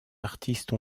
artistes